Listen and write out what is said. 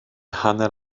hanner